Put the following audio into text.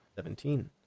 Seventeen